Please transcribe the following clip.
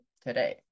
today